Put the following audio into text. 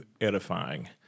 edifying